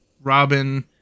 Robin